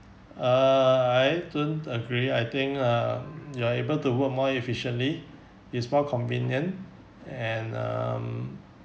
uh I don't agree I think uh you are able to work more efficiently it's more convenient and um